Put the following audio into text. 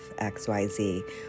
XYZ